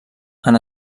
han